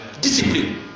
Discipline